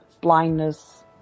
blindness